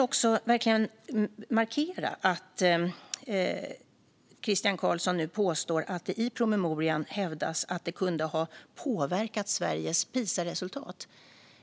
Christian Carlsson påstår att det i promemorian hävdas att detta kunde ha påverkat Sveriges Pisaresultat.